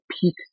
peak